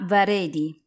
Varedi